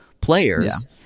players